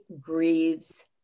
grieves